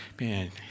man